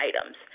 items